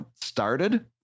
started